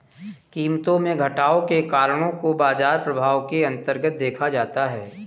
कीमतों में घटाव के कारणों को बाजार प्रभाव के अन्तर्गत देखा जाता है